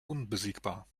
unbesiegbar